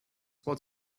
what